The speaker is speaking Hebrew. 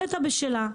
נת"ע בשלה.